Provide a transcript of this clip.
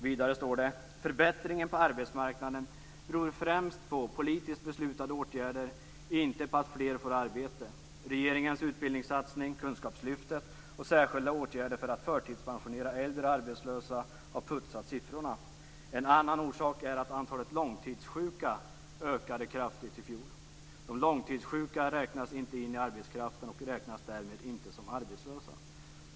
Vidare står det: "Förbättringen på arbetsmarknaden beror främst på politiskt beslutade åtgärder, inte på att fler fått arbete. Regeringens utbildningssatsning, kunskapslyftet, och särskilda åtgärder för att förtidspensionera äldre arbetslösa har putsat siffrorna. En annan orsak är att antalet långtidssjuka ökade kraftigt i fjol. De långtidssjuka räknas inte i arbetskraften och räknas därmed inte som arbetslösa."